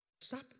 Stop